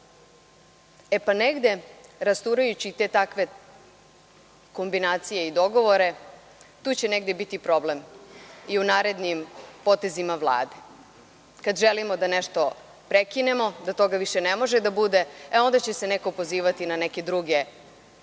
zadovoljni. Negde rasturajući te takve kombinacije i dogovore tu će negde biti problem i u narednim potezima Vlade. Kada želimo da nešto prekinemo, da toga više ne može da bude, e onda će se neko pozivati na neke druge